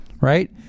right